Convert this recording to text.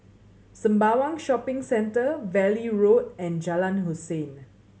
Sembawang Shopping Centre Valley Road and Jalan Hussein